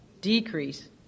decrease